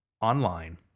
online